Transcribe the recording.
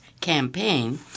campaign